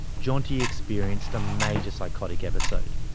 jeanti experienced a major psychotic episode,